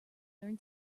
learn